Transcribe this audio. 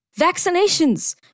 vaccinations